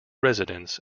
residents